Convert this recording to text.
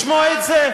לשמוע את זה,